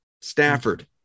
Stafford